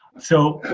so,